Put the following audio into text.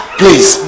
please